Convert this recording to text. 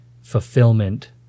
fulfillment